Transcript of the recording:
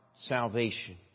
salvation